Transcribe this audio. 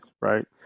right